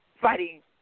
fighting